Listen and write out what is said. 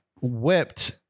whipped